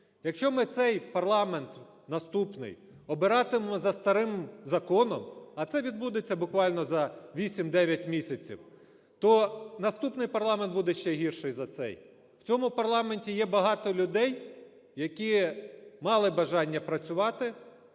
якщо ми цей парламент наступний обиратимемо за старим законом, а це відбудеться буквально за 8-9 місяців, то наступний парламент буде ще гірший за цей. В цьому парламенті є багато людей, які мали бажання працювати,